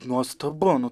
nuostabu nu